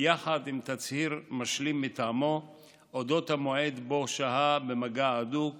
יחד עם תצהיר משלים מטעמו על המועד שבו שהה במגע הדוק